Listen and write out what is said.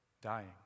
dying